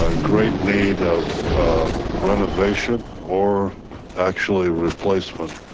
ah great need of renovation or actually replacement.